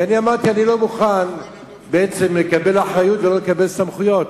כי אמרתי: אני לא מוכן בעצם לקבל אחריות ולא לקבל סמכויות.